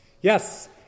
Yes